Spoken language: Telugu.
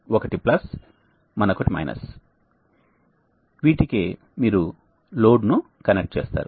ఒకటి ప్లస్ మరొకటి మైనస్ వీటికే మీరు లోడ్ను కనెక్ట్ చేస్తారు